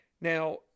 Now